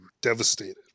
devastated